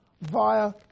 via